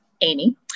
Amy